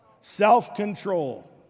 Self-control